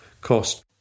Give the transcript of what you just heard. cost